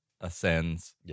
ascends